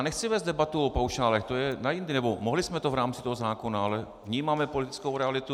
Nechci vést debatu o paušálech, to je na jindy, nebo mohli jsme to v rámci toho zákona, ale vnímáme politickou realitu.